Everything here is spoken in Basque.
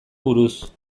buruz